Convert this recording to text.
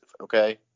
okay